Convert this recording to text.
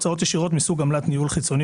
הוצאות ישירות מסוג עמלת ניהול חיצוני